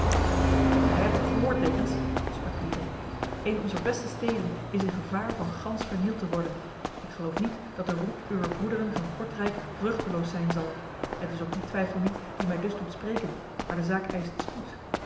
gij hebt het gehoord dekens sprak gwyde een onzer beste steden is in gevaar van gans vernield te worden ik geloof niet dat de roep uwer broederen van kortrijk vruchteloos zijn zal het is ook die twijfel niet die mij dus doet spreken maar de zaak eist spoed